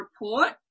report